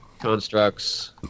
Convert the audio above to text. Constructs